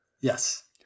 Yes